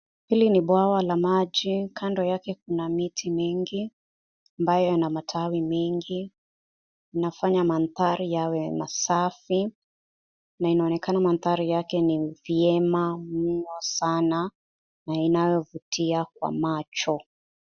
Hili ni bwawa la maji. Kando yake kuna miti mingi ambayo yana matawi mengi. Unafanya mandhari yawe masafi. Nainaonekana mandhari yake ni vyema mno sana na inayovutia kwa macho.